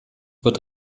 wird